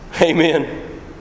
Amen